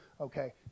Okay